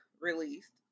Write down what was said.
released